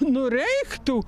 nu reiktų